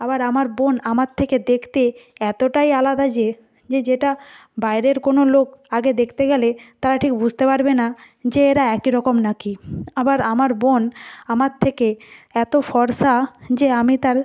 আবার আমার বোন আমার থেকে দেখতে এতোটাই আলাদা যে যে যেটা বাইরের কোনো লোক আগে দেখতে গেলে তারা ঠিক বুঝতে পারবে না যে এরা একই রকম নাকি আবার আমার বোন আমার থেকে এত ফর্সা যে আমি তার